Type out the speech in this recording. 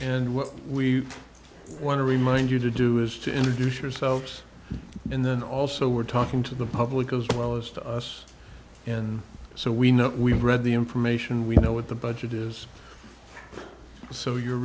and what we want to remind you to do is to introduce yourselves and then also we're talking to the public as well as to us and so we know we read the information we know what the budget is so you